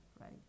right